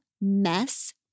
Mess